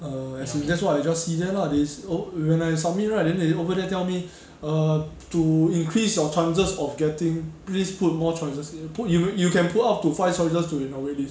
err as in that's what I just see there lah this oh when I submit right then they over there tell me err to increase your chances of getting please put more choices in put you you can put up to five choices to in your wait list